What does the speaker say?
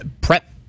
prep